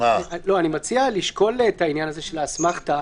מציע לשקול את עניין האסמכתה